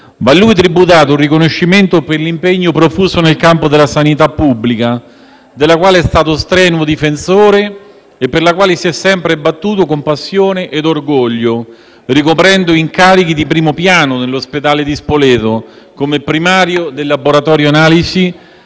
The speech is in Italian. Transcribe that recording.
Gli va tributato un riconoscimento per l'impegno profuso nel campo della sanità pubblica, della quale è stato strenuo difensore e per la quale si è sempre battuto con passione e orgoglio, ricoprendo incarichi di primo piano nell'Ospedale di Spoleto, come primario del laboratorio di analisi